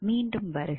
மீண்டும் வருக